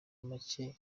make